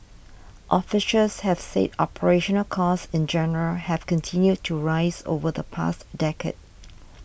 officials have said operational costs in general have continued to rise over the past decade